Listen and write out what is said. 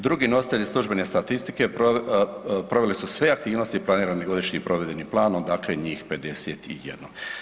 Drugi nositelji službene statistike provele su sve aktivnosti planiranim godišnjim provedenim planom, dakle njih 51.